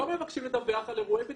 לא מבקשים לדווח על אירועי בטיחות.